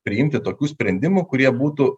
priimti tokių sprendimų kurie būtų